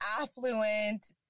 affluent